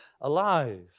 alive